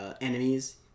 enemies